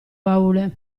baule